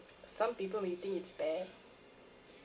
some people may think it's bad